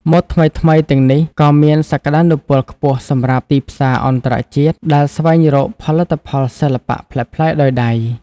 ម៉ូដថ្មីៗទាំងនេះក៏មានសក្តានុពលខ្ពស់សម្រាប់ ទីផ្សារអន្តរជាតិ ដែលស្វែងរកផលិតផលសិល្បៈប្លែកៗដោយដៃ។